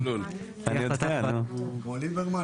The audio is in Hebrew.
במקום המילים